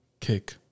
Kick